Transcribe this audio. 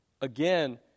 again